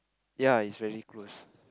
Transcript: ya it's very close